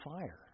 fire